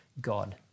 God